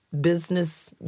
business